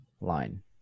line